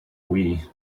wii